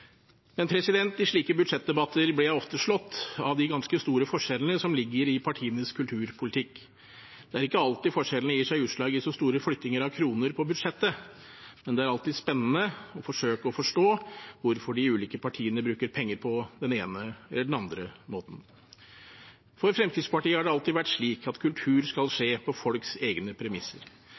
Men i slike budsjettdebatter blir jeg ofte slått av de ganske store forskjellene som ligger i partienes kulturpolitikk. Det er ikke alltid forskjellene gir seg utslag i så store flyttinger av kroner på budsjettet. Men det er alltid spennende å forsøke å forstå hvorfor de ulike partiene bruker penger på den ene eller den andre måten. For Fremskrittspartiet har det alltid vært slik at kultur skal skje på folks egne premisser.